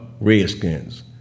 Redskins